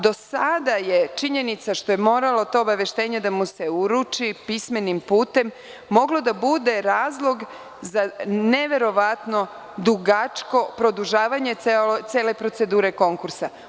Do sada je činjenica što je moralo to obaveštenje da mu se uruči pismenim putem, moglo da bude razlog za neverovatno dugačko produžavanje te cele procedure konkursa.